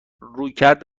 رویکرد